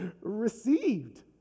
received